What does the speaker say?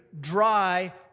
dry